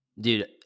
Dude